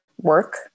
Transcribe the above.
work